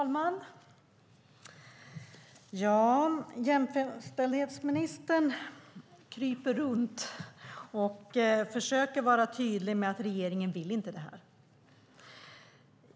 Herr talman! Jämställdhetsministern kryper runt detta och försöker vara tydlig med att regeringen inte vill det här.